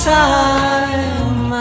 time